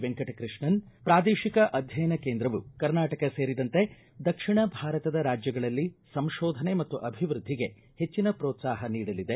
ವೆಂಕಟಕೃಷ್ಣನ್ ಪ್ರಾದೇಶಿಕ ಅಧ್ಯಯನ ಕೇಂದ್ರವು ಕರ್ನಾಟಕ ಸೇರಿದಂತೆ ದಕ್ಷಿಣ ಭಾರತದ ರಾಜ್ಯಗಳಲ್ಲಿ ಸಂತೋಧನೆ ಮತ್ತು ಅಭಿವೃದ್ಧಿಗೆ ಹೆಚ್ಚಿನ ಪೋತ್ಸಾಹ ನೀಡಲಿದೆ